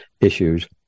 issues